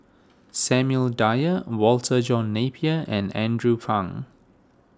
Samuel Dyer Walter John Napier and Andrew Phang